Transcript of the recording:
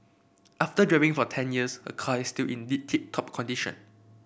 after driving for ten years her car is still in tip top condition